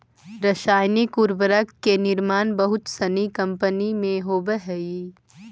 रसायनिक उर्वरक के निर्माण बहुत सनी कम्पनी में होवऽ हई